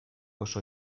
oso